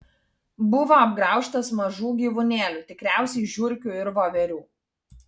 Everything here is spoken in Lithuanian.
buvo apgraužtas mažų gyvūnėlių tikriausiai žiurkių ir voverių